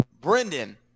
Brendan